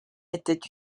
était